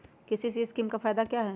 KCC scheme का फायदा क्या है?